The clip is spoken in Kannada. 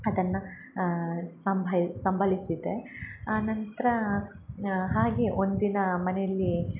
ಅದನ್ನ ಸಂಭೈ ಸಂಬಳಿಸಿದ್ದೆ ಆನಂತರ ಹಾಗೆ ಒಂದಿನ ಮನೇಲಿ